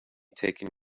taken